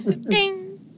ding